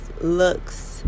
looks